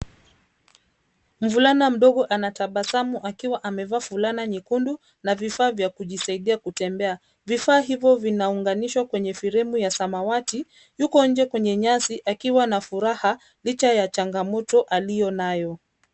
Mvulana mdogo ana tabasamu akiwa amevaa fulana nyekundu na vifaa vya kujisaidia kutembea. Vifaa hivyo vinaunganishwa kwenye firimu ya samawati. Yuko nje kwenye nyasi akiwa na furaha licha ya changamoto aliyo nayo.